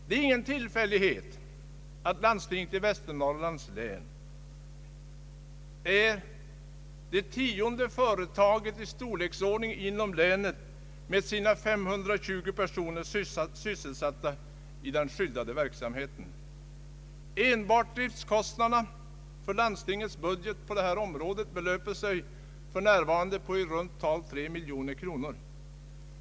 Det är ingen tillfällighet att landstinget i Västernorrlands län är det tionde företaget i storleksordning inom länet med sina 520 personer sysselsatta i skyddade verkstäder. Enbart driftskostnaderna över landstingets budget belöper sig i år på i runt tal 3 miljoner kronor.